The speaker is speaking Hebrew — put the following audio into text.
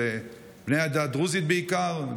של בני העדה הדרוזית בעיקר,